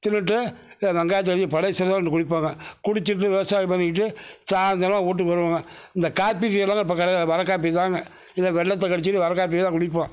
தின்றுட்டு வெங்காயத்தோட பழைய சோறுதான் ரெண்டு குடிப்போங்க குடிச்சுட்டு விவசாயம் பண்ணிவிட்டு சாந்திரம் வீட்டுக்கு வருவோங்க இந்த காபி டீயெல்லாம் அப்போ கிடையாது வரக்காப்பி தாங்க இது வெல்லத்தை கடிச்சுட்டு வரக்காப்பி தான் குடிப்போம்